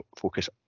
focus